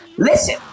Listen